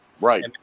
Right